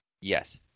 Yes